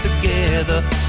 Together